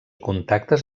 contactes